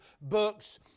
books